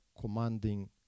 commanding